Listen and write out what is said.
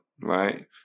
right